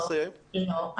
לא.